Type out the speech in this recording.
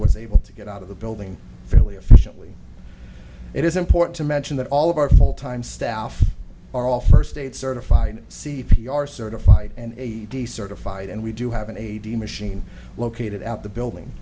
was able to get out of the building fairly efficiently it is important to mention that all of our full time staff are all first state certified c v r certified and decertified and we do have an a t m machine located at the building